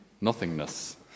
nothingness